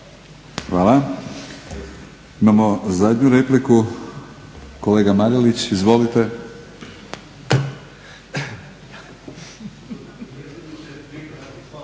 Hvala. Imamo zadnju repliku, kolega Marelić. Izvolite.